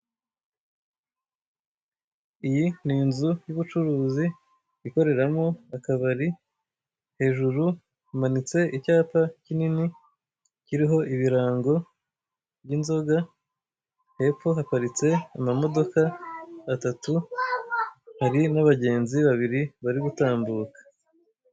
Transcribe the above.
Iyi ni inzu y'ubucuruzi ikoreramo akabari, hejuru hamanitse icyapa kinikini kiriho ibirango by'inzoga hepfo haparitse amamodoka atatu hari n'abagenzi babiri bari gutambuka.